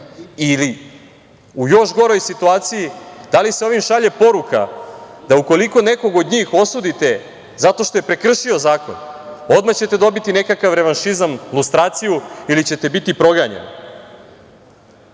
ili u još goroj situaciji da li se ovim šalje poruka da ćete, ukoliko nekog od njih osudite zato što je prekršio zakon, odmah dobiti nekakav revanšizam, lustraciju ili ćete biti proganjani? Mesecima